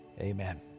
amen